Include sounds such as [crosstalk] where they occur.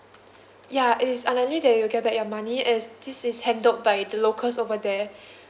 ya it is unlikely that you'll get back your money as this is handled by the locals over there [breath]